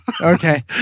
Okay